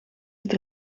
het